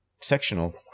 sectional